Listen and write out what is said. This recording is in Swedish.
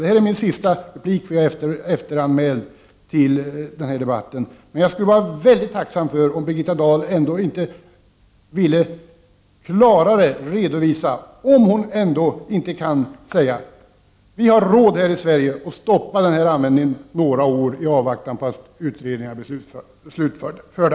Det här är är min sista replik, eftersom jag är efteranmäld till debatten, men jag skulle vara väldigt tacksam om Birgitta Dahl ändå klarare kunde säga: Vi har här i Sverige råd med att stoppa användningen några år i avvaktan på att utredningarna blir slutförda.